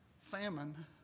Famine